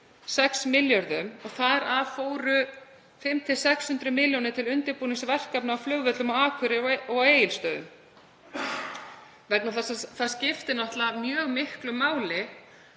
6 milljörðum og þar af fóru 500–600 milljónir til undirbúnings verkefna á flugvöllunum á Akureyri og Egilsstöðum. Það skiptir náttúrlega mjög miklu máli